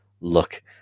look